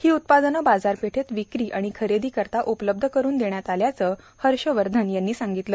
ही उत्पादन बाजारपेठेत विक्री आणि खरेदी करीता उपलब्ध करून देण्यात आल्याचं हर्ष वर्धन यांनी सांगितलं